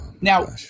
Now